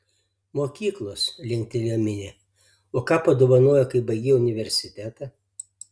mokyklos linktelėjo minė o ką padovanojo kai baigei universitetą